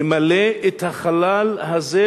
למלא את החלל הזה,